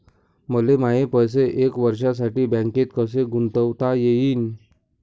मले माये पैसे एक वर्षासाठी बँकेत कसे गुंतवता येईन?